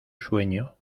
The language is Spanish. sueño